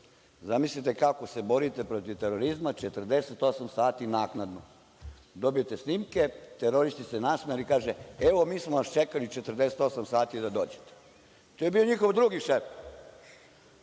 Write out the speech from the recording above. Zamislite, kako se borite protiv terorizma 48,00 sati naknadno. Dobijete snimke, teroristi se nasmejali, kažu – evo mi smo vas čekali 48 sati da dođete. To je bio njihov drugi šef.